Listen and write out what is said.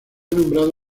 nombrado